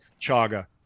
chaga